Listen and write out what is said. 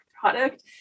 product